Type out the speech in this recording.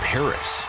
Paris